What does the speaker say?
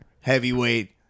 heavyweight